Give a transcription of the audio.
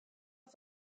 oso